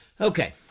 Okay